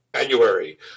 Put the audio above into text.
January